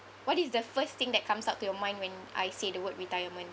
what is the first thing that comes up to your mind when I say the word retirement